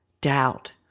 doubt